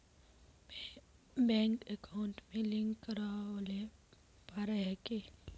Bank account में link करावेल पारे है की?